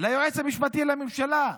ליועץ המשפטי לממשלה,